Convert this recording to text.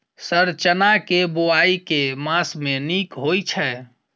Sir चना केँ बोवाई केँ मास मे नीक होइ छैय?